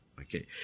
Okay